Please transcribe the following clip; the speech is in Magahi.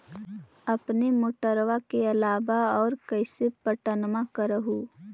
अपने मोटरबा के अलाबा और कैसे पट्टनमा कर हू?